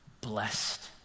Blessed